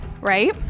right